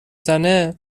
زنه